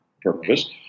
purpose